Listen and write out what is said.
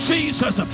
Jesus